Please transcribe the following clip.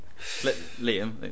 Liam